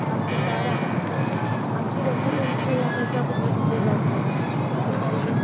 हम सितारा आपके रेस्टोरेंट से हमेशा कुछ ना कुछ ले जाते हैं बताइए